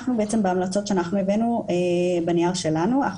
אנחנו בהמלצות שאנחנו הבאנו בנייר שלנו אנחנו